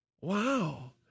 Wow